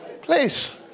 Please